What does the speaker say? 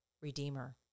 redeemer